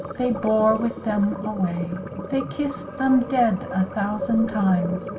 they bore with them away they kist them dead a thousand times,